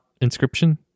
inscription